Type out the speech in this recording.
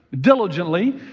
diligently